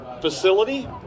facility